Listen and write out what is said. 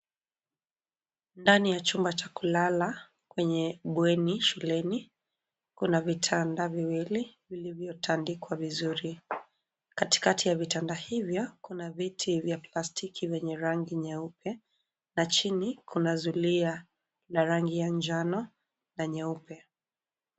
Ndani ya chumba cha kulala kwenye bweni shuleni kuna vitanda viwili vilivyotandikwa vizuri. Katikati ya vitanda hivyo kuna viti vya plastiki vyenye rangi nyeupe na chini kuna zulia la rangi ya njano na nyeupe.